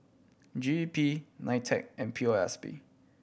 G E P NITEC and P O S B